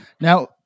Now